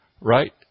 right